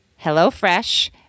HelloFresh